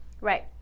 Right